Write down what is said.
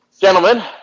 Gentlemen